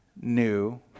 new